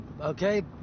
okay